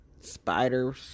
spiders